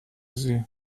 sie